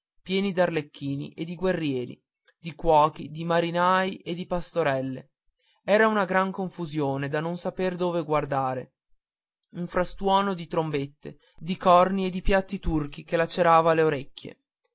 pieni d'arlecchini e di guerrieri di cuochi di marinai e di pastorelle era una confusione da non saper dove guardare un frastuono di trombette di corni e di piatti turchi che lacerava le orecchie